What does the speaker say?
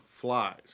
flies